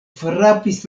frapis